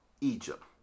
Egypt